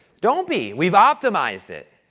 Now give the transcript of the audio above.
don't be. we've optimized it.